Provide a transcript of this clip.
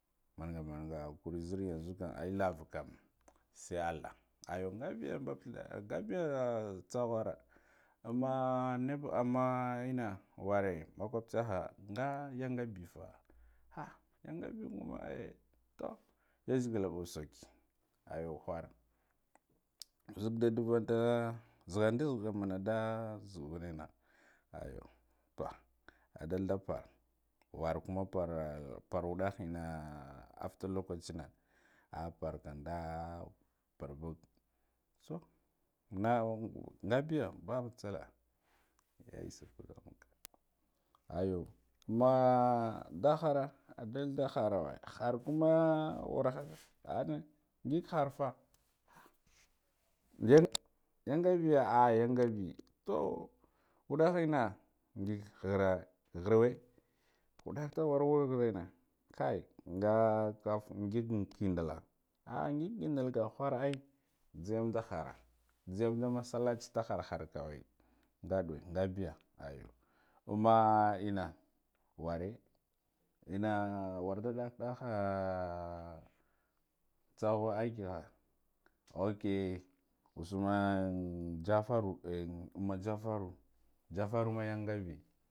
Manga manga hakuri zir yanzakam ai lavakam sai allah ayu ngabiyu babthidar ngabiyu an tsakhira amma nebo, amma enna worre makub tsaha nga yona bifa ha yangabo kuna ah toh yazegda bu saiki aya khara zugu gunda zihandi, zihanana zude enna ayu adalda porra workum parra ayu pama wadahe enna after lakacina, a parra kam nda barbug sa nga ngabiyu ba massala, ayu amma nda horra adalda horrawai horra kama worhaka ane ngig harfa hara yan yangabiya ah yangabe, toh waddahe enna ngig khara khar we wuddah da wor wur kharna kai nga kaff ngig kinddul ngig kidda kam khar ai nzeyamak horra nzeyam da massallaci da horra hor kawai ngaduwe ngabiya aya, amma enna worre enna worda dah dahe ah tsakha aikiha ok usman jafaru amma jafara